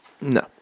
No